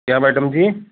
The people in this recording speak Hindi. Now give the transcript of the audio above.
क्या मैडम जी